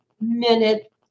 minute